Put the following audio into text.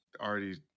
already